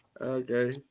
okay